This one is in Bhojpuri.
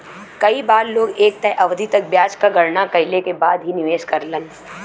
कई बार लोग एक तय अवधि तक ब्याज क गणना कइले के बाद ही निवेश करलन